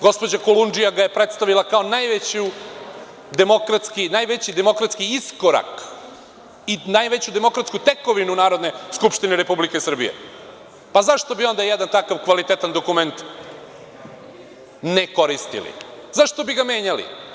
Gospođa Kolundžija ga je predstavila kao najveći demokratski iskorak i najveću demokratsku tekovinu Narodne skupštine Republike Srbije, zašto bi onda jedan takav dokument ne koristili, zašto bi ga menjali?